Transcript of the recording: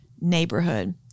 neighborhood